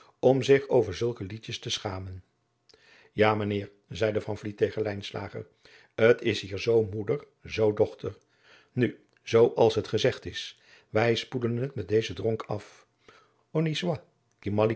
om zich over zulke liedjes te schamen ja mijn heer zeide van vliet tegen lijnslager t is hier zoo moeder zoo dochter nu zoo als het gezegd is wij spoelen het met dezen dronk af